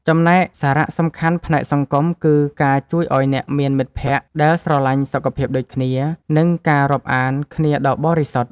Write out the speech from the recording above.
ចំណែកសារៈសំខាន់ផ្នែកសង្គម គឺការជួយឱ្យអ្នកមានមិត្តភក្តិដែលស្រឡាញ់សុខភាពដូចគ្នា និងការរាប់អានគ្នាដ៏បរិសុទ្ធ។